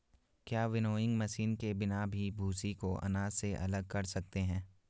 क्या winnowing machine के बिना भी भूसी को अनाज से अलग कर सकते हैं?